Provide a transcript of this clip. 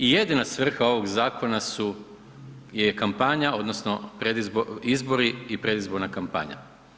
I jedina svrha ovog zakona su je kampanja, odnosno izbori i predizborna kampanja.